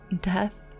death